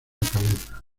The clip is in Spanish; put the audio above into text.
cabeza